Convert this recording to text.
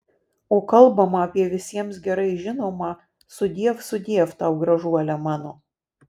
o kalbama apie visiems gerai žinomą sudiev sudiev tau gražuole mano